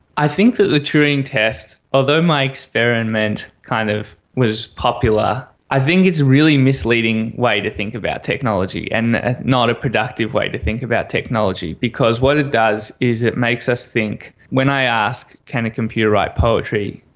i think that the turing test, although my experiment kind of was popular, i think it's a really misleading way to think about technology and not a productive way to think about technology, because what it does is it makes us think, when i ask can a computer write poetry,